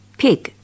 pig